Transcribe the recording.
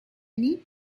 need